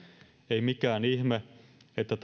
ei mikään ihme että